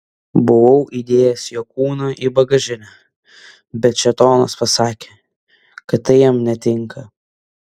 buvau įdėjęs jo kūną į bagažinę bet šėtonas pasakė kad tai jam netinka